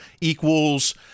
equals